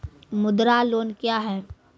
मुद्रा लोन क्या हैं?